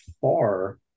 far